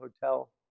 hotel